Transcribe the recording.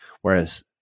Whereas